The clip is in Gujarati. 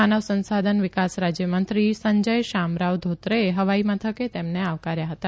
માનવ સંસાધન વિકાસ રા યમંત્રી સં ય શામરાવ ધોત્રેએ હવાઇ મથકે તેમને આવકાર્યા હતા